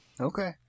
okay